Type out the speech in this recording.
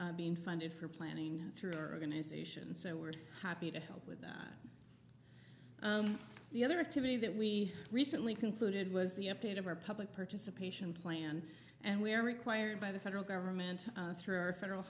being funded for planning through our organization so we're happy to help with that the other activity that we recently concluded was the update of our public participation plan and we are required by the federal government through our federal